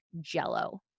jello